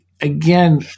again